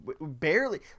barely